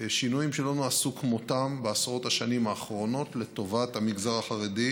שינויים שלא נעשו כמותם בעשרות השנים האחרונות לטובת המגזר החרדי,